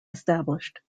established